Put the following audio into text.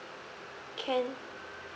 can